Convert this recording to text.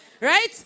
right